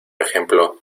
ejemplo